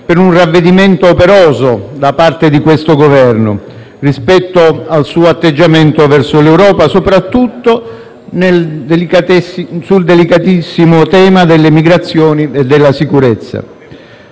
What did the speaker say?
per un ravvedimento operoso da parte di questo Governo rispetto al suo atteggiamento verso l'Europa, soprattutto sul delicatissimo tema delle migrazioni e della sicurezza.